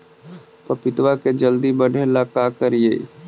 पपिता के जल्दी बढ़े ल का करिअई?